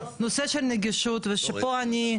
נושא של נגישות ושפה אני,